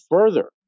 further